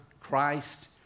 Christ